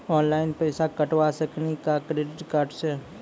Online पैसा कटवा सकेली का क्रेडिट कार्ड सा?